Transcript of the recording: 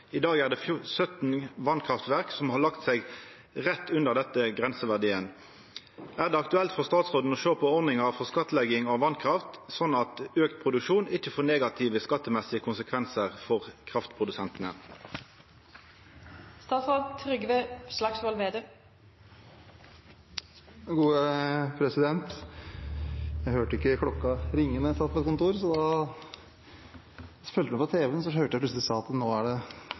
I dag er det 17 vannkraftverk som har lagt seg rett under denne grenseverdien. Er det aktuelt for statsråden å se på ordninger for skattlegging av vannkraft, slik at økt produksjon ikke får negative skattemessige konsekvenser for kraftprodusentene?» Jeg hørte ikke klokken ringe da jeg satt på et kontor. Jeg fulgte med på tv-skjermen, og så hørte jeg plutselig at presidenten sa at den